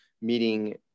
meeting